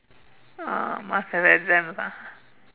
ah must have exams ah